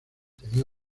tenía